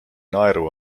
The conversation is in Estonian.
naeru